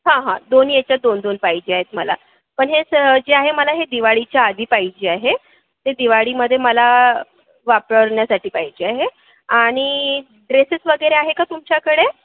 हा हा दोन्ही याचे दोनदोन पाहिजे आहेत मला पण हे जे आहे मला हे दिवाळीच्या आधी पाहिजे आहे ते दिवाळीमध्ये मला वापरण्यासाठी पाहिजे आहे आणि ड्रेसेस वगैरे आहे का तुमच्याकडे